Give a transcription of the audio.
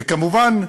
וכמובן,